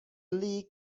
league